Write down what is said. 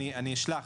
אשלח.